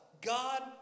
God